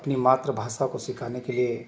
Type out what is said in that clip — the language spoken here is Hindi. अपनी मात्र भाषा को सिखाने के लिए